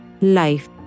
life